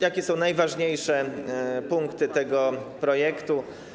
Jakie są najważniejsze punkty tego projektu?